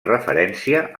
referència